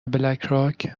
بلکراک